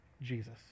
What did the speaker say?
Jesus